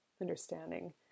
understanding